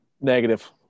Negative